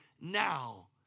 now